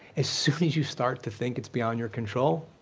as soon as you start to think it's beyond your control,